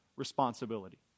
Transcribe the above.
responsibility